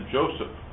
Joseph